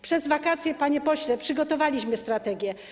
Przez wakacje, panie pośle, przygotowaliśmy strategię.